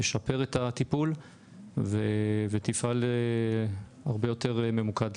תשפר את הטיפול ותפעל הרבה יותר ממוקד.